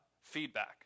feedback